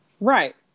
Right